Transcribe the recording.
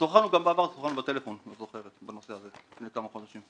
שוחחנו גם בעבר, בטלפון, בנושא הזה אם את זוכרת.